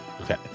okay